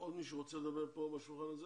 עוד מישהו רוצה לדבר פה בשולחן הזה?